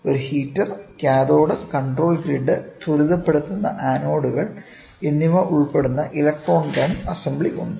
ഒരു heater cathode control grid ത്വരിതപ്പെടുത്തുന്ന ആനോഡുകൾ എന്നിവ ഉൾപ്പെടുന്ന ഇലക്ട്രോൺ ഗൺ അസംബ്ലി ഉണ്ട്